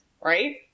right